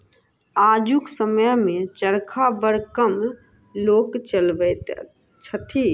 आजुक समय मे चरखा बड़ कम लोक चलबैत छथि